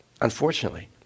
unfortunately